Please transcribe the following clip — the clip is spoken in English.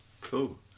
Cool